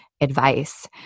advice